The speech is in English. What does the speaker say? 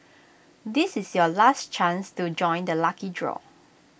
this is your last chance to join the lucky draw